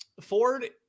Ford